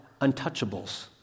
untouchables